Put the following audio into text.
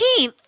18th